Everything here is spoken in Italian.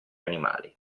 animali